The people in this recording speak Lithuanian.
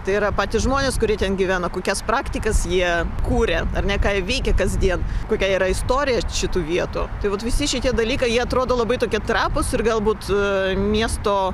tai yra patys žmonės kurie ten gyvena kokias praktikas jie kuria ar ne ką jie veikia kasdien kokia yra istorija šitų vietų tai vat visi šitie dalykai jie atrodo labai tokie trapūs ir galbūt miesto